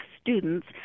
students